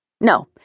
No